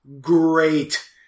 great